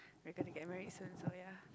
we're gonna get married soon so ya